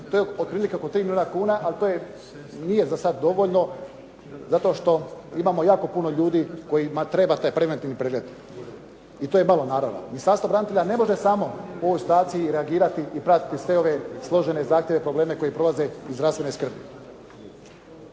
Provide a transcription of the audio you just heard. To je otprilike oko 3 milijuna kuna, ali to nije za sada dovoljno, zato što imamo jako puno ljudi kojima treba taj preventivni pregled. I to je malo naravno. Ministarstvo branitelja ne može samo u ovoj situaciji reagirati i pratiti sve ove složene i zahtjevne probleme koji prolaze iz zdravstvene skrbi.